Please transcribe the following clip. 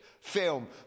film